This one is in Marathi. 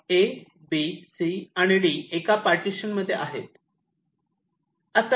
ब्लॉक A B C आणि D एका पार्टिशन मध्ये आहे